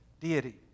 deity